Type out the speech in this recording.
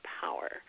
power